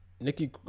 Nikki